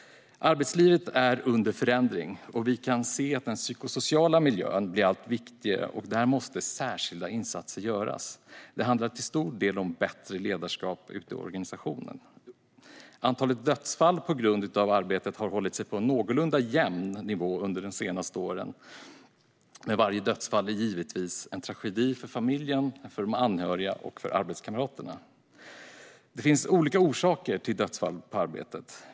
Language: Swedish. Arbetslivet är under förändring, och vi kan se att den psykosociala miljön blir allt viktigare, och där måste särskilda insatser göras. Det handlar till stor del om bättre ledarskap ute i organisationen. Antalet dödsfall på grund av arbetet har hållit sig på en någorlunda jämn nivå under de senaste åren. Men varje dödsfall är givetvis en tragedi för familjen, de anhöriga och arbetskamrater. Det finns olika orsaker till dödsfall på arbetet.